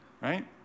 right